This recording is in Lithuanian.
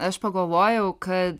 aš pagalvojau kad